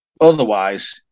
otherwise